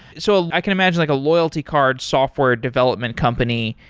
so i can imagine like a loyalty card software development company,